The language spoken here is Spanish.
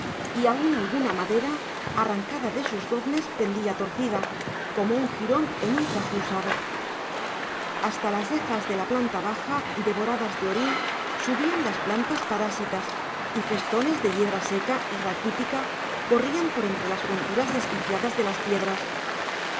y aun alguna madera arrancada de sus goznes pendía torcida como un jirón en un traje usado hasta las rejas de la planta baja devoradas de orín subían las plantas parásitas y festones de yedra seca y raquítica corrían por entre las junturas desquiciadas de las piedras